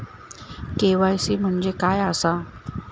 KYC म्हणजे काय आसा?